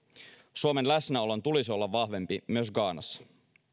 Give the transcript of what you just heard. suomen läsnäolon tulisi olla vahvempi myös ghanassa